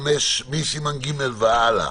מסימן ג' והלאה